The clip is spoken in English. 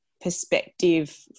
perspective